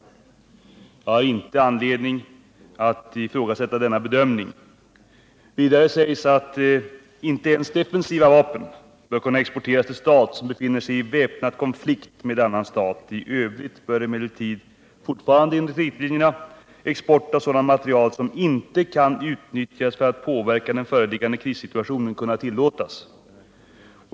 Jag har inte anledning att ifrågasätta den bedömningen. Vidare sägs att inte ens defensiva vapen bör kunna exporteras till stat som befinner sig i väpnad konflikt med annan stat. I övrigt bör emellertid, fortfarande enligt riktlinjerna, export av sådan materiel som inte kan utnyttjas för att påverka den föreliggande krissituationen kunna tillåtas.